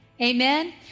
Amen